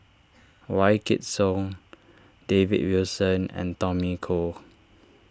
Wykidd Song David Wilson and Tommy Koh